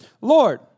Lord